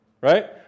Right